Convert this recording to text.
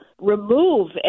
remove